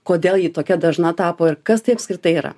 kodėl ji tokia dažna tapo ir kas tai apskritai yra